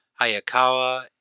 Hayakawa